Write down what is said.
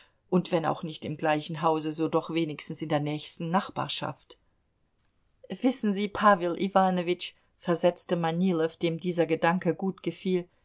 und wenn auch nicht im gleichen hause so doch wenigstens in der nächsten nachbarschaft wissen sie pawel iwanowitsch versetzte manilow dem dieser gedanke gut gefiel